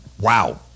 Wow